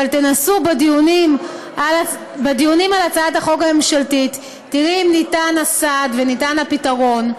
אבל בדיונים בהצעת החוק הממשלתית תראי אם ניתן הסעד וניתן הפתרון,